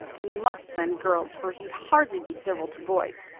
and you must send girls, for he'd hardly be civil to boys.